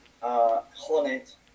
hornet